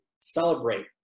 celebrate